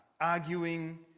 arguing